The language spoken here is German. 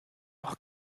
doch